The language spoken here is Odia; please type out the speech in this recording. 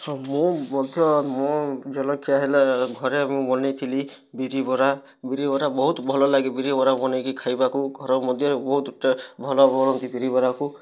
ହଁ ମୁଁ ମଧ୍ୟ ମୋ ଜଲଖିଆ ହେଲା ଘରେ ମୁଁ ବନାଇଥିଲି ବିରି ବରା ବିରି ବରା ବହୁତ ଭଲ ଲାଗେ ବିରି ବରା ବନାଇକି ଖାଇବାକୁ ଘରେ ମଧ୍ୟ ବହୁତ ଟେ ଭଲ କରନ୍ତି ବିରି ବରା କୁ